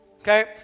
okay